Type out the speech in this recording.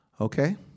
Okay